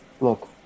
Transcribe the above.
look